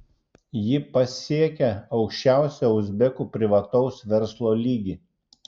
ji pasiekė aukščiausią uzbekų privataus verslo lygį